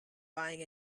buying